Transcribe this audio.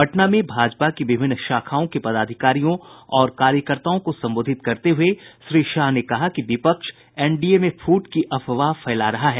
पटना में भाजपा की विभिन्न शाखाओं के पदाधिकारियों और कार्यकर्ताओं को संबोधित करते हुए श्री शाह ने कहा कि विपक्ष एनडीए में फूट की अफवाह फैला रहा है